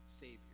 Savior